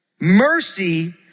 Mercy